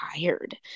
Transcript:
tired